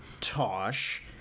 Tosh